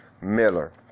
Miller